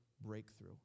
breakthrough